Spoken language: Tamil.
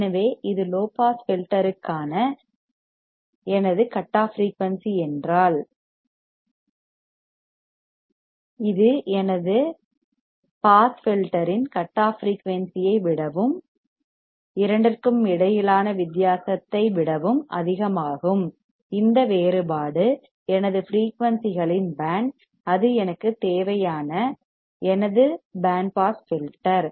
எனவே இது லோ பாஸ் ஃபில்டர்க்கான எனது கட் ஆஃப் ஃபிரீயூன்சி என்றால் இது எனது பாஸ் ஃபில்டர் இன் கட் ஆஃப் ஃபிரீயூன்சி ஐ விடவும் இரண்டிற்கும் இடையிலான வித்தியாசத்தை விடவும் அதிகமாகும் இந்த வேறுபாடு எனது ஃபிரீயூன்சிகளின் பேண்ட் அது எனக்கு தேவையான எனது பேண்ட் பாஸ் ஃபில்டர்